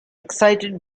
excited